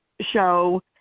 show